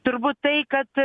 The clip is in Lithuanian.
turbūt tai kad